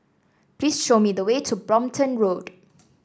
please show me the way to Brompton Road